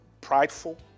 prideful